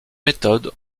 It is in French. méthode